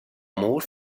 mår